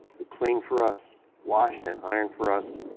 who cleaned for us, washed and ironed for us,